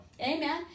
Amen